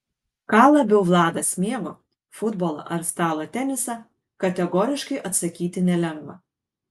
ką labiau vladas mėgo futbolą ar stalo tenisą kategoriškai atsakyti nelengva